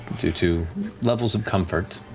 due to levels of comfort,